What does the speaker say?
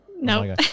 No